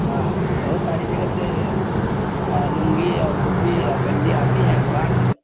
ہاں بہت ساری جگہ سے لنگی اور دھوتی اور بنڈی آتی ہیں برانڈ